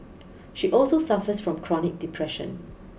she also suffers from chronic depression